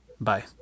Bye